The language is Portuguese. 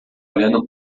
olhando